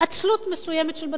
עצלות מסוימת של בתי-ספר.